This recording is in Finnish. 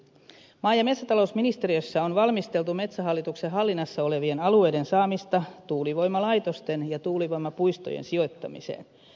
maa ja metsätalousministeriössä on valmisteltu metsähallituksen hallinnassa olevien alueiden saamista tuulivoimalaitosten ja tuulivoimapuistojen sijoittamiseen